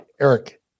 Eric